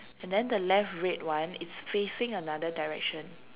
and then the left red one is facing another direction